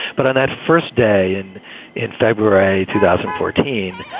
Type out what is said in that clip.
but on that first day and in february two thousand fourteen,